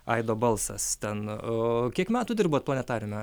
aido balsas ten kiek metų dirbot planetariume